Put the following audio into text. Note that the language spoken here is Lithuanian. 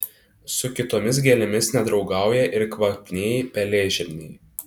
su kitomis gėlėmis nedraugauja ir kvapnieji pelėžirniai